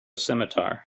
scimitar